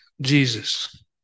Jesus